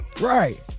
Right